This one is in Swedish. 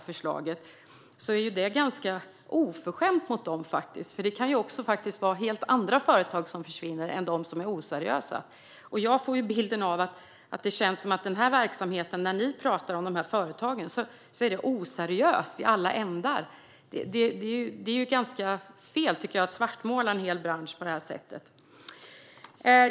Förslaget är ju ganska oförskämt mot företagen, för det kan faktiskt vara helt andra företag som försvinner än de som är oseriösa. Jag får bilden av att ni anser att alla dessa företag är oseriösa. Det är fel att svartmåla en hel bransch på det här sättet.